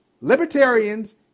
libertarians